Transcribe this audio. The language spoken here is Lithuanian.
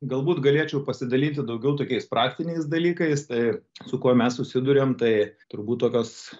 galbūt galėčiau pasidalinti daugiau tokiais praktiniais dalykais tai su kuo mes susiduriam tai turbūt tokios